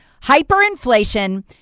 hyperinflation